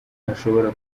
hashobora